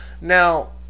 now